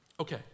Okay